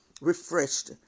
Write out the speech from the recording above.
refreshed